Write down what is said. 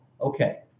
Okay